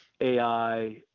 AI